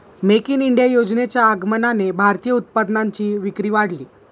make in India योजनेच्या आगमनाने भारतीय उत्पादनांची विक्री वाढली